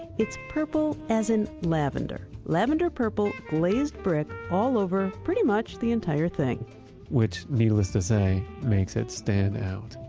it's purple as in lavender. lavender purple glazed brick all over pretty much the entire thing which, needless to say, makes it stand out,